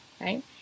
right